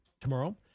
tomorrow